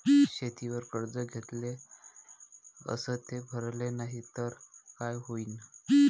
शेतीवर कर्ज घेतले अस ते भरले नाही तर काय होईन?